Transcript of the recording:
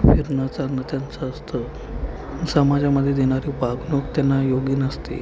फिरणं चालणं त्यांचं असतं समाजामध्ये देणारी वागणूक त्यांना योग्य नसते